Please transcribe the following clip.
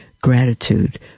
gratitude